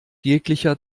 jeglicher